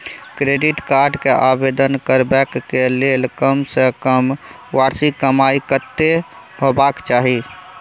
Credit card के आवेदन करबैक के लेल कम से कम वार्षिक कमाई कत्ते होबाक चाही?